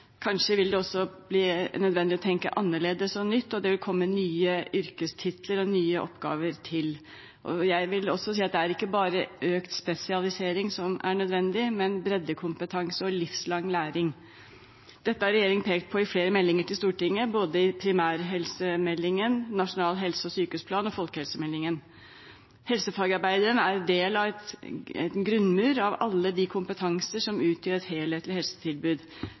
Kanskje vil det også bli nødvendig å tenke annerledes og nytt, og det vil komme nye yrkestitler og nye oppgaver til. Jeg vil også si at det ikke bare er økt spesialisering som er nødvendig, men også breddekompetanse og livslang læring. Dette har regjeringen pekt på i flere meldinger til Stortinget, både i primærhelsemeldingen, i Nasjonal helse- og sykehusplan og i folkehelsemeldingen. Helsefagarbeideren er del av en grunnmur av alle de kompetanser som utgjør et helhetlig helsetilbud.